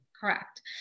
correct